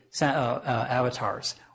avatars